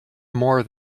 more